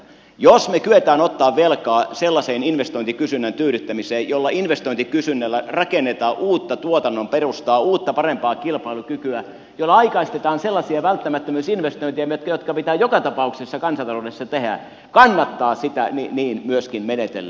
jos me kykenemme ottamaan velkaa sellaiseen investointikysynnän tyydyttämiseen jolla investointikysynnällä rakennetaan uutta tuotannon perustaa uutta parempaa kilpailukykyä jolla aikaistetaan sellaisia välttämättömyysinvestointeja jotka pitää joka tapauksessa kansanta loudessa tehdä kannattaa niin myöskin menetellä